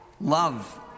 Love